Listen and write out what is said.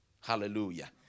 Hallelujah